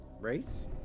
race